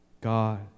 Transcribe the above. God